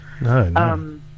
No